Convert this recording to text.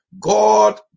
God